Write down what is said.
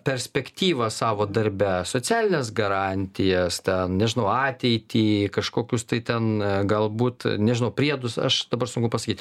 perspektyvą savo darbe socialines garantijas ten nežinau ateitį kažkokius tai ten galbūt nežinau priedus aš dabar sunku pasakyt